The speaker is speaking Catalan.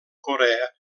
corea